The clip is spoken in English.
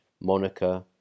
Monica